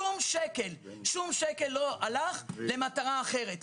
שום שקל לא הלך למטרה אחרת.